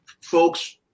folks